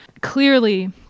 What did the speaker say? Clearly